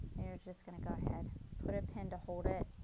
and you are just going to go ahead, put a pin to hold it